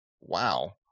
wow